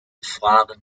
fragen